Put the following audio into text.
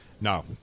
no